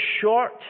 short